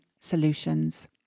solutions